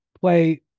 play